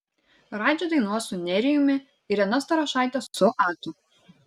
radži dainuos su nerijumi irena starošaitė su atu